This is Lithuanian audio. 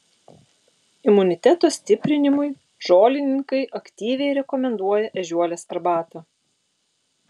imuniteto stiprinimui žolininkai aktyviai rekomenduoja ežiuolės arbatą